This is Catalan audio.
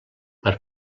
per